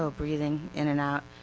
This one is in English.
so breathing, in and out,